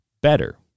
better